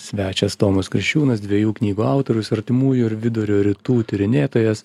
svečias tomas kriščiūnas dviejų knygų autorius artimųjų ir vidurio rytų tyrinėtojas